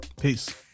Peace